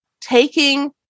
taking